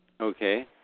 Okay